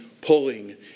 pulling